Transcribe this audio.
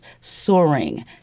soaring